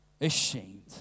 ashamed